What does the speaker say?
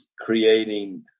creating